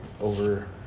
over